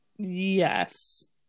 yes